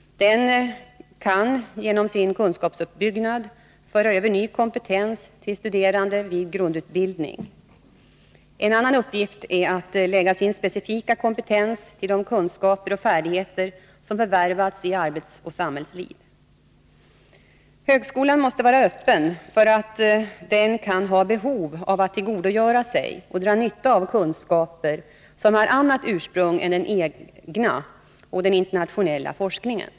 Den kan genom sin kunskapsuppbyggnad föra över ny kompetens till studerande i grundutbildning. En annan uppgift är att lägga sin specifika kompetens till de kunskaper och färdigheter som förvärvats i arbetsoch samhällsliv. Högskolan måste vara öppen för att den kan ha behov av att tillgodogöra sig och dra nytta av kunskaper som har annat ursprung än den egna och den internationella forskningen.